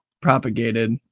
propagated